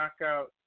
knockout